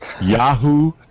yahoo